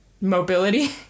mobility